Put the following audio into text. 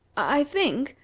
i think,